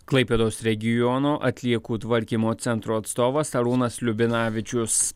klaipėdos regiono atliekų tvarkymo centro atstovas arūnas liubinavičius